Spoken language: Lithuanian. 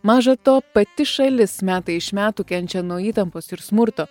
maža to pati šalis metai iš metų kenčia nuo įtampos ir smurto